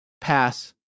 pass—